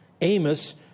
Amos